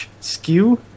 skew